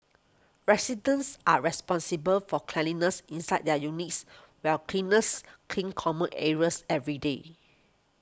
residents are responsible for cleanliness inside their units while cleaners clean common areas every day